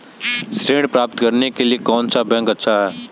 ऋण प्राप्त करने के लिए कौन सा बैंक अच्छा है?